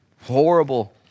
Horrible